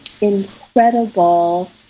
incredible